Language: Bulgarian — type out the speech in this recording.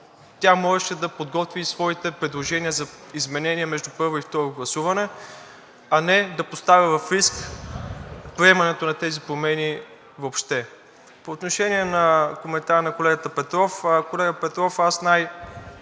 можеше да подготви своите предложения за изменения между първо и второ гласуване, а не да поставя в риск приемането на тези промени въобще. По отношение на коментара на колегата Петров. Колега Петров,